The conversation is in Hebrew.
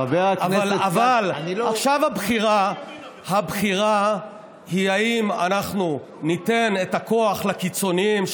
אבל עכשיו הבחירה היא אם אנחנו ניתן את הכוח לקיצוניים,